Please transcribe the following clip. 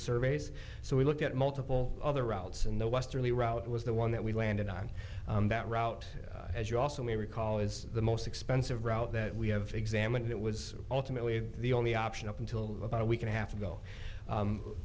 surveys so we looked at multiple other routes and no westerly route was the one that we landed on that route as you also may recall is the most expensive route that we have examined it was ultimately the only option up until about a week and a half ago